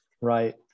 Right